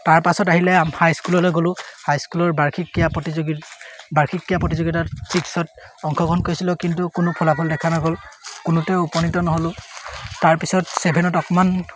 তাৰপাছত আহিলে হাইস্কুললৈ গ'লোঁ হাইস্কুলৰ বাৰ্ষিক ক্ৰীড়া প্ৰতিযোগি বাৰ্ষিক ক্ৰীড়া প্ৰতিযোগিতাত চিক্সত অংশগ্ৰহণ কৰিছিলোঁ কিন্তু কোনো ফলাফল দেখা নগ'ল কোনোতে উপনীত নহ'লোঁ তাৰপিছত ছেভেনত অকমান